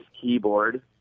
keyboard